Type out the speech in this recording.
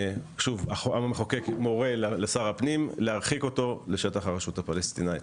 המחוקק מורה לשר הפנים להרחיק אותו לשטח הרשות הפלסטינית